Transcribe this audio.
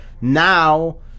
Now